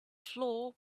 floor